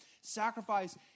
sacrifice